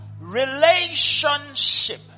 relationship